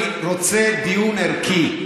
אני רוצה דיון ערכי.